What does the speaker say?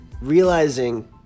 realizing